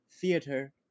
Theater